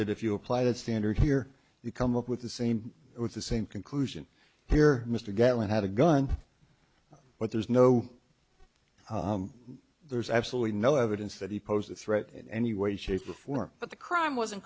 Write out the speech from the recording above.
that if you apply that standard here you come up with the same with the same conclusion here mr gatlin had a gun but there's no there's absolutely no evidence that he posed a threat in any way shape or form but the crime wasn't